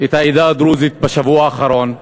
את העדה הדרוזית בשבוע האחרון,